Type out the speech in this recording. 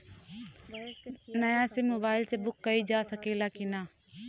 नया SIM mobile से book कइलजा सकत ह कि ना?